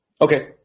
Okay